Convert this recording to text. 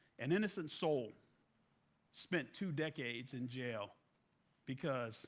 an innocent soul spent two decades in jail because